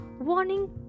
warning